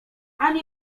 ani